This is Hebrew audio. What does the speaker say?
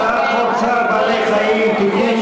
הצעת חוק צער בעלי-חיים (תיקון,